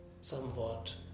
Somewhat